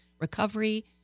recovery